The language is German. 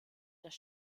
das